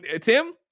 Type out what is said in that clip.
Tim